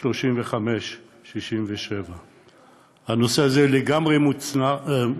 בני 35 67. הנושא הזה לגמרי מוזנח.